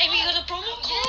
and you got the promo code